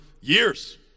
years